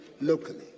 locally